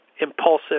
impulsive